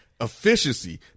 efficiency